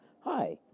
Hi